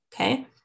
Okay